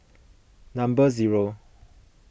number zero